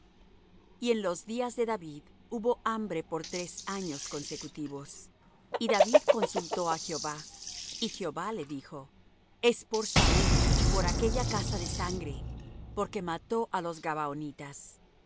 y en los días de david hubo hambre por tres años consecutivos y david consultó á jehová y jehová le dijo es por saúl y por aquella casa de sangre porque mató á los gabaonitas